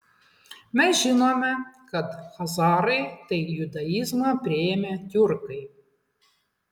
mes žinome kad chazarai tai judaizmą priėmę tiurkai